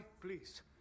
please